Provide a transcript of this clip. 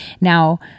Now